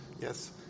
Yes